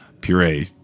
puree